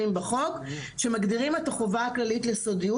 בחוק שמגדירים את החובה הכללית לסודיות,